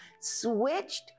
switched